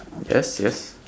yes yes